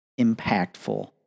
impactful